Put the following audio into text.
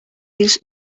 this